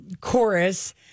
chorus